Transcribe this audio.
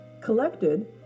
collected